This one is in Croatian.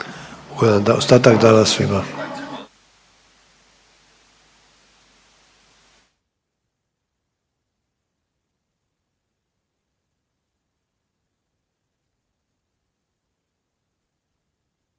Ugodan ostatak dana svima.